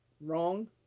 wrong